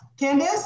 Candice